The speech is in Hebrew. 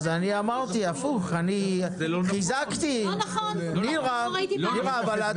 אני חיזקתי את הטיעון,